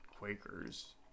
quakers